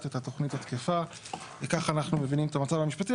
את התוכנית התקפה וכך אנחנו מבינים את המצב המשפטי.